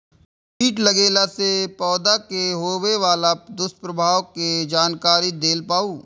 कीट लगेला से पौधा के होबे वाला दुष्प्रभाव के जानकारी देल जाऊ?